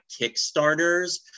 kickstarters